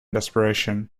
desperation